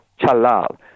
chalal